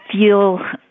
feel